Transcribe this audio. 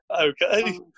Okay